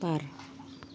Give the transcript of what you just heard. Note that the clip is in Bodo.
बार